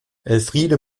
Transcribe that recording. elfriede